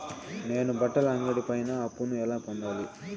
నేను బట్టల అంగడి పైన అప్పును ఎలా పొందాలి?